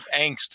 angst